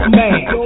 man